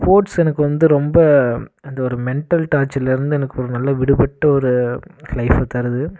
sports எனக்கு வந்து ரொம்ப அந்த ஒரு மென்ட்டல் டார்ச்சர்லேருந்து எனக்கு ஒரு நல்ல விடுபட்டு ஒரு லைஃப் தருது